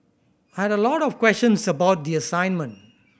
had a lot of questions about the assignment